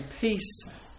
Peace